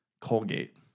Colgate